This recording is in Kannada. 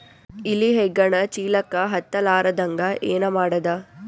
ಇಲಿ ಹೆಗ್ಗಣ ಚೀಲಕ್ಕ ಹತ್ತ ಲಾರದಂಗ ಏನ ಮಾಡದ?